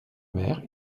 mer